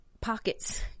pockets